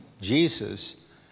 Jesus